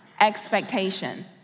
expectation